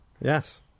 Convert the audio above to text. Yes